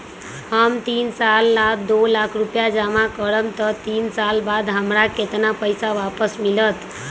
हम तीन साल ला दो लाख रूपैया जमा करम त तीन साल बाद हमरा केतना पैसा वापस मिलत?